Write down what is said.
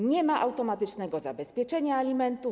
Nie ma automatycznego zabezpieczenia alimentów.